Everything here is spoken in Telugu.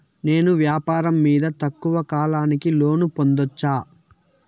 నేను వ్యాపారం మీద తక్కువ కాలానికి లోను పొందొచ్చా?